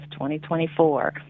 2024